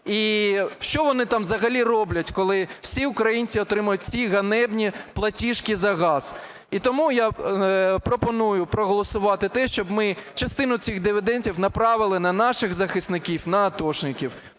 і що вони там взагалі роблять, коли всі українці отримують ці ганебні платіжки за газ. І тому я пропоную проголосувати те, щоб ми частину цих дивідендів направили на наших захисників – на атошників.